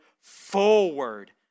forward